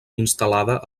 instal·lada